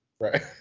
Right